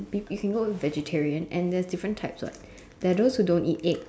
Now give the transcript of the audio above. be a single vegetarian and there's different types what there's those who don't eat egg